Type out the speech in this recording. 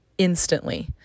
Instantly